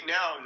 Now